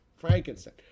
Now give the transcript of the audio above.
Frankenstein